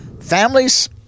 Families